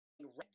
red